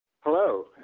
Hello